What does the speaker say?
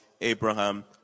Abraham